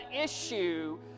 issue